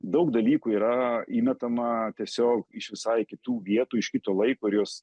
daug dalykų yra įmetama tiesiog iš visai kitų vietų iš kito laiko ir juos